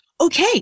okay